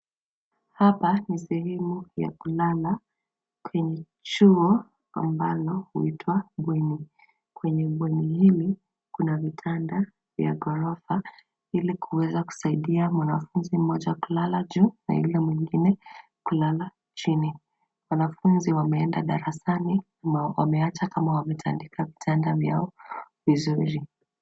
Hapa ni sehemu ya kulala kwenye chuo ambalo huitwa bweni. Kwenye bweni hili, kuna vitanda vya ghorofa ili kuweza kusaidia mwanafunzi mmoja kulala juu na yule mwengine kulala chini. Wanafunzi wameenda darasani, wameacha kama wametandika vitanda vyao vizuri.